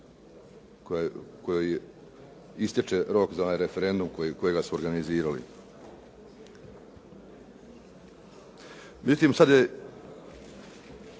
kojoj ističe rok za referendum kojega su organizirali. Međutim, sada je